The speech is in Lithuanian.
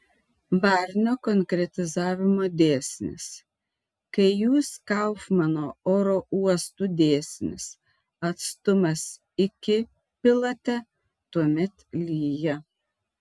barnio konkretizavimo dėsnis kai jūs kaufmano oro uostų dėsnis atstumas iki pilate tuomet lyja